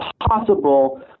possible